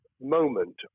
moment